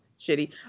shitty